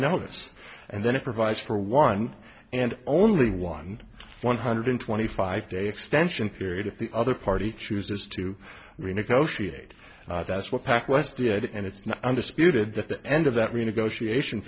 notice and then it provides for one and only one one hundred twenty five day extension period if the other party chooses to renegotiate that's what pact was did and it's not understood that the end of that renegotiation